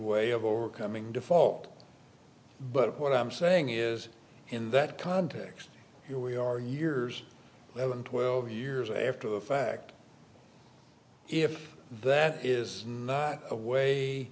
way of overcoming default but what i'm saying is in that context here we are years twelve years after the fact if that is not a way